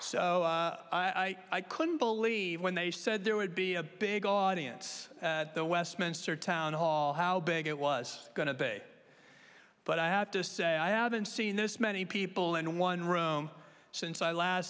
so i couldn't believe when they said there would be a big audience at the westminster town hall how big it was going to big but i have to say i haven't seen this many people in one room since i last